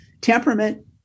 temperament